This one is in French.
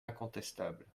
incontestable